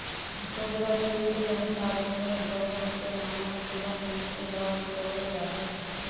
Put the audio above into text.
कुदरती संसाधनेर दोहन से मानव जीवन मुश्कीलोत पोरे जाहा